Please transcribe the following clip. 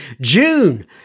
June